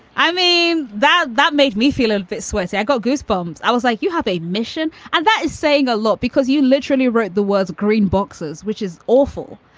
i mean, that, that made me feel a bit sweaty. i got goosebumps. i was like, you have a mission. and that is saying a lot because you literally wrote the words green boxes, which is awful.